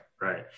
right